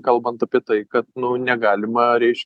kalbant apie tai ka negalima reiš